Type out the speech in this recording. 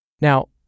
Now